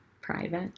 private